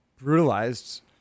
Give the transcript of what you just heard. brutalized